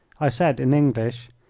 i said in english,